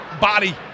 body